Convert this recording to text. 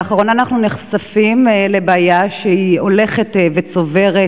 לאחרונה אנחנו נחשפים לבעיה שהולכת וצוברת